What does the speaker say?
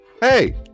hey